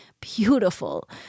beautiful